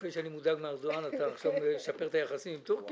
אחרי שאני מודאג מארדואן אתה עכשיו משפר את היחסים עם טורקיה?